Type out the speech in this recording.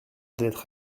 d’être